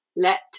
let